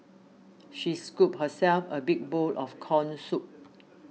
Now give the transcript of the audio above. she scooped herself a big bowl of Corn Soup